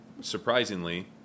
surprisingly